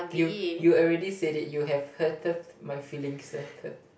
you you already said it you have hurted my feelings hurted